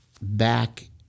back